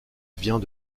vient